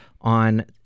on